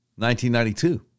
1992